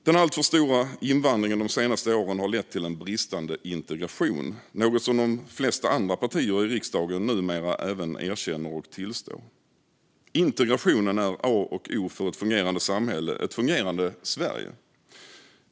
Den alltför stora invandringen de senaste åren har lett till en bristande integration, något som de flesta andra partier i riksdagen numera tillstår. Integrationen är A och O för ett fungerande samhälle, ett fungerande Sverige.